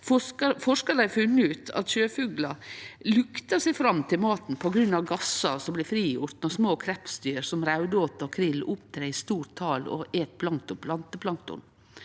Forskarar har funne ut at sjøfuglar luktar seg fram til maten på grunn av gassar som blir frigjorde når små krepsdyr som raudåte og krill opptrer i store tal og et planteplankton.